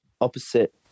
opposite